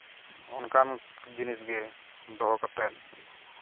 ᱚᱱᱠᱟᱱ ᱡᱤᱱᱤᱥᱜᱮ ᱫᱚᱦᱚ ᱠᱟᱛᱮᱫ